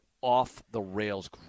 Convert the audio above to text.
off-the-rails